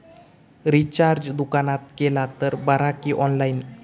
Recharge दुकानात केला तर बरा की ऑनलाइन?